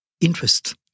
interest